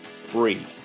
free